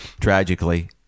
tragically